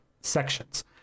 sections